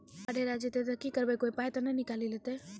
Card हेरा जइतै तऽ की करवै, कोय पाय तऽ निकालि नै लेतै?